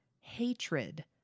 hatred